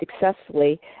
successfully